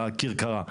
בכרכרה.